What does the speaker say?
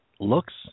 looks